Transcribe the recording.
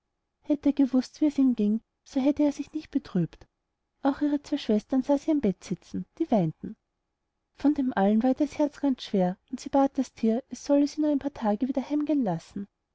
hätt er gewußt wie gut es ihm ging so hätte er sich nicht betrübt auch ihre zwei schwestern sah sie am bett sitzen die weinten von dem allen war ihr herz ganz schwer und sie bat das thier es sollte sie nur ein paar tage wieder heim gehen lassen